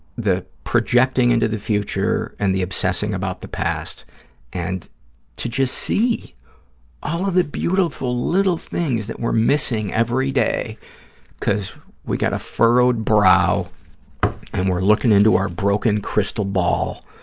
the projecting into the future and the obsessing about the past and to just see all of the beautiful little things that we're missing every day because we got a furrowed brow and we're looking into our broken crystal ball,